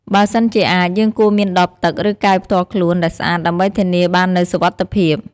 បើសិនជាអាចយើងគួរមានដបទឹក ឬកែវផ្ទាល់ខ្លួនដែលស្អាតដើម្បីធានាបាននូវសុវត្ថិភាព។